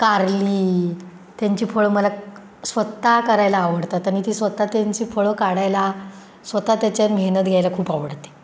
कारली त्यांची फळं मला स्वतः करायला आवडतात आणि ती स्वतः त्यांची फळं काढायला स्वतः त्याच्यात मेहनत घ्यायला खूप आवडते